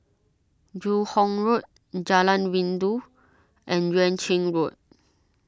Joo Hong Road Jalan Rindu and Yuan Ching Road